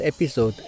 episode